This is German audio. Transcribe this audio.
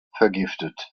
vergiftet